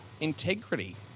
Integrity